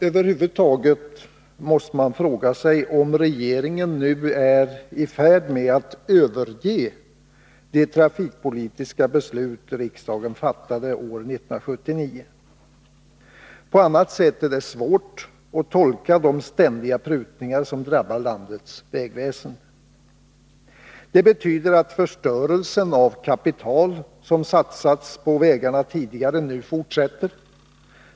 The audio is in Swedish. Över huvud taget måste man fråga sig om regeringen nu är i färd med att överge det trafikpolitiska beslut riksdagen fattade år 1979. På annat sätt är det svårt att tolka de ständiga prutningar som drabbar landets vägväsende. Det betyder att förstörelsen av kapital, som satsats på vägarna tidigare, nu fortsätter.